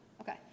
Okay